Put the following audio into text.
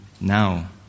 now